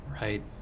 Right